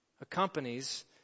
accompanies